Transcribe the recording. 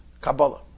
Kabbalah